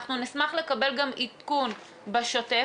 אנחנו נשמח גם לקבל עדכון בשוטף,